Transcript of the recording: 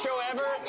so ever.